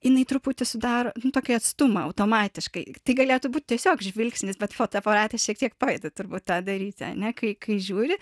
jinai truputį sudaro tokį atstumą automatiškai tai galėtų būt tiesiog žvilgsnis bet fotoaparatas šiek tiek padeda turbūt tą daryti ane kai kai žiūri